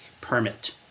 permit